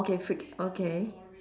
okay fric~ okay